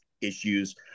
issues